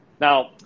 Now